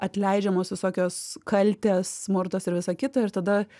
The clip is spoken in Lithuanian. atleidžiamos visokios kaltės smurtas ir visa kita ir tada